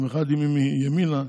במיוחד אם היא מימינה,